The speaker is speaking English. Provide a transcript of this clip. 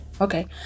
Okay